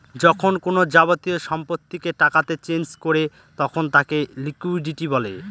যখন কোনো যাবতীয় সম্পত্তিকে টাকাতে চেঞ করে তখন তাকে লিকুইডিটি বলে